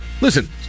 listen